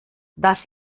das